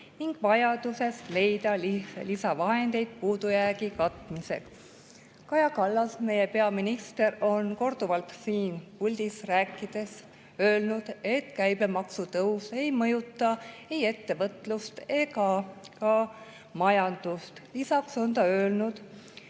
ning vajadusest leida lisavahendeid puudujäägi katmiseks. Kaja Kallas, meie peaminister, on korduvalt siin puldis rääkides öelnud, et käibemaksutõus ei mõjuta ei ettevõtlust ega majandust. Lisaks on ta öelnud,